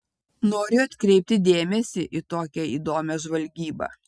noriu atkreipti dėmesį į tokią įdomią žvalgybą